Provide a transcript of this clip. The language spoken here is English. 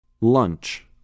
Lunch